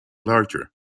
larger